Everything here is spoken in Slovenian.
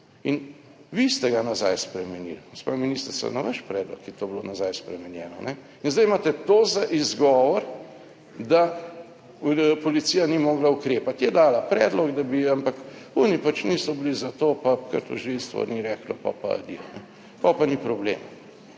In vi ste ga nazaj spremenili, gospa ministrica, na vaš predlog je to bilo nazaj spremenjeno. Zdaj imate to za izgovor, da policija ni mogla ukrepati. Je dala predlog, da bi, ampak oni pač niso bili za to, pa ker tožilstvo ni reklo, pol pa adijo, pol pa ni problema.